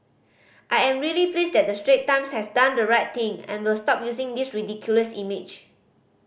I am really pleased that the Strait Times has done the right thing and will stop using these ridiculous image